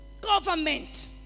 Government